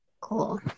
cool